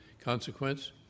consequence